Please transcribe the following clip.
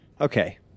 Okay